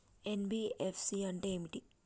NBFC అంటే ఏమిటి?